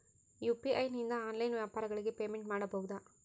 UPI ನಿಂದ online ವ್ಯಾಪಾರಗಳಿಗೆ payment ಮಾಡಬಹುದಾ?